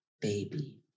baby